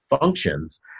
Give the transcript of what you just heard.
functions